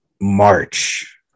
March